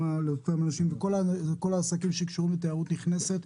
אנשים ולכל העסקים שקשורים לתיירות נכנסת,